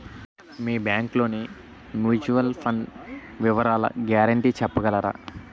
మీ bank లోని mutual fund వివరాల guarantee చెప్పగలరా?